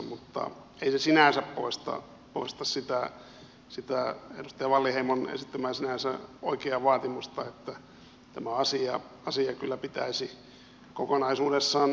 mutta ei se poista sitä edustaja wallinheimon esittämää sinänsä oikeaa vaatimusta että tämä asia kyllä pitäisi kokonaisuudessaan saattaa kuntoon